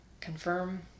confirm